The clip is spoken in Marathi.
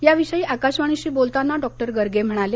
त्याविषयी आकाशवाणीशी बोलताना डॉक्टर गर्गे म्हणाले